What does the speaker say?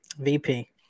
VP